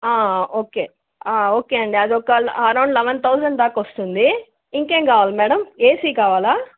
okay okay అండీ అదొక around eleven thousand దాకా వస్తుంది ఇంకేం కావాలా మేడం ఏసీ కావాలా